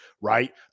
right